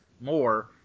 more